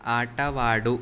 ಆಟವಾಡು